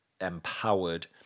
empowered